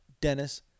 Dennis